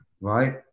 right